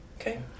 Okay